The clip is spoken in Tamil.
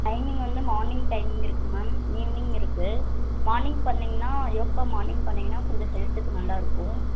டைமிங் வந்து மார்னிங் டைமிங் இருக்குது மேம் ஈவ்னிங் இருக்குது மார்னிங் பண்ணிங்கன்னால் யோகா மார்னிங் பண்ணிங்கன்னால் கொஞ்சம் ஹெல்த்துக்கு நல்லாயிருக்கும்